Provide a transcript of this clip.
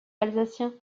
alsaciens